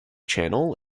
channel